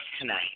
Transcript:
tonight